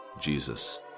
Jesus